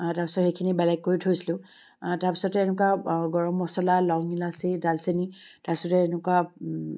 তাৰ পিছত সেইখিনি বেলেগ কৰি থৈছিলোঁ তাৰ পিছতে এনেকুৱা গৰম মছলা লং ইলাচি ডালচেনি তাৰ পিছতে এনেকুৱা